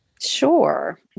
Sure